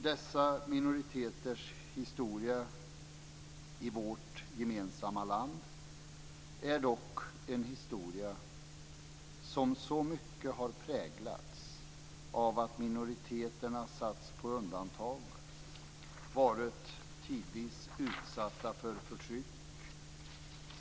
Dessa minoriteters historia i vårt gemensamma land är dock en historia som mycket har präglats av att minoriteterna satts på undantag och tidvis varit utsatta för förtryck.